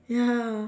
ya